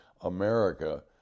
America